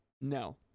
no